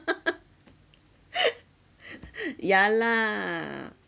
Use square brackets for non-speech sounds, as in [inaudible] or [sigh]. [laughs] ya lah